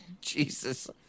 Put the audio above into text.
Jesus